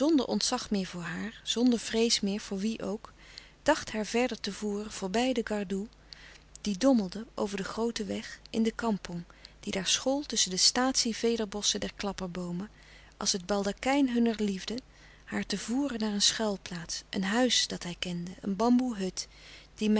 ontzag meer voor haar zonder vrees meer voor wie ook dacht haar verder te voeren voorbij de gardoè die dommelde over den grooten weg in de kampong die daar school tusschen de statie vederbossen der klapperboomen als het baldakijn hunner liefde haar te voeren naar een schuilplaats een huis dat hij kende een bamboehut die